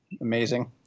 amazing